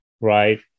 right